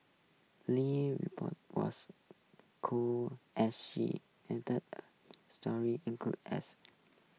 Lee's was as she narrated story include as